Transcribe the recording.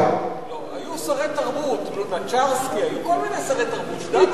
היו שרי תרבות, לונצ'רסקי, היו